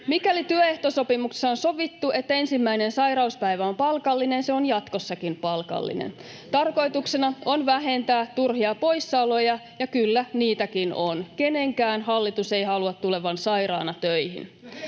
Mikäli työehtosopimuksessa on sovittu, että ensimmäinen sairauspäivä on palkallinen, se on jatkossakin palkallinen. Tarkoituksena on vähentää turhia poissaoloja — ja kyllä, niitäkin on. Kenenkään hallitus ei halua tulevan sairaana töihin.